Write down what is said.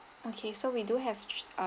okay so we do have ah